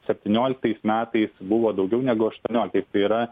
septynioliktais metais buvo daugiau negu aštuonioliktais tai yra